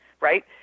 right